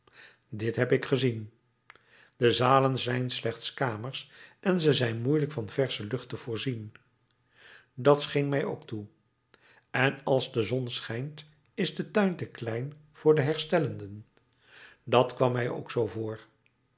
dit heb ik gezien de zalen zijn slechts kamers en ze zijn moeilijk van versche lucht te voorzien dat scheen mij ook toe en als de zon schijnt is de tuin te klein voor de herstellenden dat kwam mij ook zoo voor